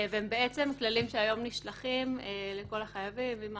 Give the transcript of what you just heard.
והם בעצם כללים שהיום נשלחים לכל החייבים עם ההתראות.